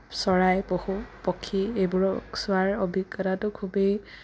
চৰাই পশু পক্ষী এইবোৰক চোৱাৰ অভিজ্ঞতাটো খুবেই